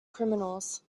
criminals